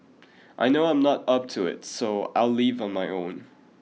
I know I'm not up to it so I will leave on my own